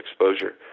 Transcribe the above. exposure